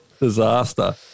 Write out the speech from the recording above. Disaster